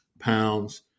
pounds